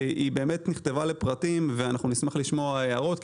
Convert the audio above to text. היא נכתבה לפרטים, ואנחנו נשמח לשמוע הערות.